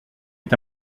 est